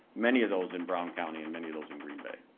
many of those in brown county and many of those in green bay.